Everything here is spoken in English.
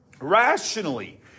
rationally